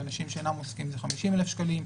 לאנשים שאינם עוסקים זה 50,000 שקלים.